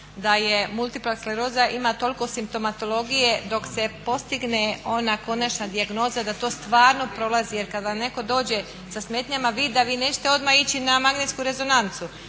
da je multipla skleroza ima toliko simptomatologije dok se postigne ona konačna dijagnoza da to stvarno prolazi, jer kad vam neko dođe sa smetnjama vida vi nećete odmah ići na magnetsku rezonancu,